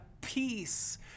peace